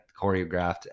choreographed